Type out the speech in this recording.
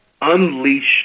unleashed